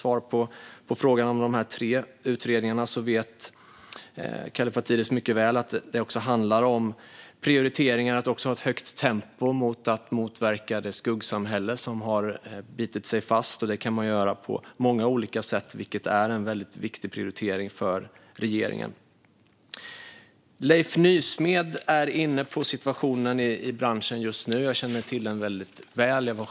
När det gäller de tre utredningarna vet Kallifatides mycket väl att det också handlar om prioriteringar och att hålla ett högt tempo för att motverka det skuggsamhälle som har bitit sig fast, och det kan man göra på många olika sätt. Detta är en viktig prioritering för regeringen. Leif Nysmed är inne på situationen i branschen, och jag känner väldigt väl till den.